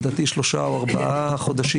לדעתי שלושה או ארבעה חודשים,